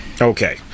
okay